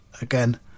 again